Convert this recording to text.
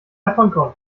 davonkommen